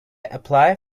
apply